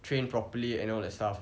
train properly and all that stuff